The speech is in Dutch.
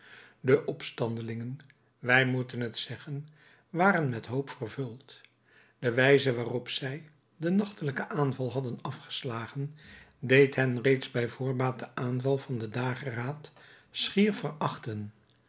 de opstandelingen wij moeten het zeggen waren met hoop vervuld de wijze waarop zij den nachtelijken aanval hadden afgeslagen deed hen reeds bij voorbaat den aanval van den dageraad schier verachten